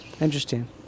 interesting